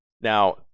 Now